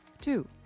Two